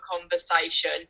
conversation